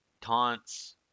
taunts